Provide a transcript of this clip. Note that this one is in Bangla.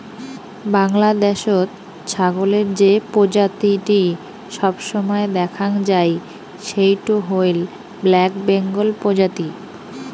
বাংলাদ্যাশত ছাগলের যে প্রজাতিটি সবসময় দ্যাখাং যাই সেইটো হইল ব্ল্যাক বেঙ্গল প্রজাতি